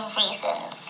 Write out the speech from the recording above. reasons